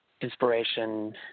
inspiration